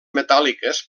metàl·liques